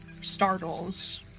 startles